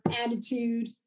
attitude